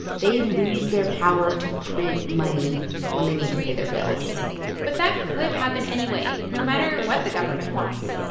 they lose their power to print money when they need to pay their bills but that could happen anyway, no matter what the government wants.